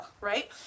right